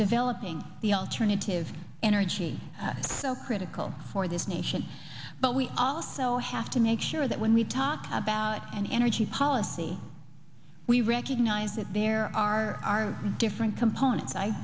developing the alternative energy so critical for this nation but we also have to make sure that when we talk about an energy policy we recognize that there are different components i